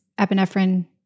epinephrine